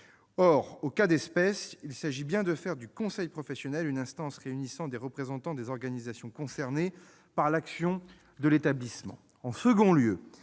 Or, au cas d'espèce, il s'agit bien de faire du conseil professionnel une instance réunissant des représentants des organisations concernées par l'action de l'établissement. En second lieu,